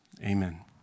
Amen